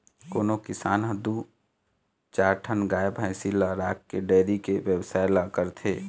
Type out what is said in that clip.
कोनो किसान ह दू चार ठन गाय भइसी ल राखके डेयरी के बेवसाय ल करथे